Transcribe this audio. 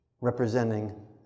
representing